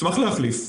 נשמח להחליף.